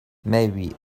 maybe